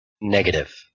Negative